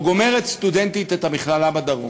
או גומרת סטודנטית את המכללה בדרום,